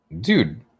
Dude